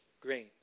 grain